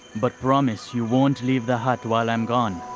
but promise you won't leave the hut while i'm gone.